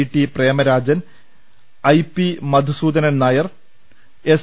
T Premarajan I P Madhusoodanan Nair T S